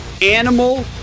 animal